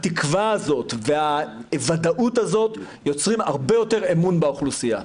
התקווה הזאת והוודאות הזאת יוצרים הרבה יותר אמון באוכלוסייה.